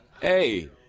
Hey